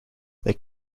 they